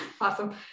Awesome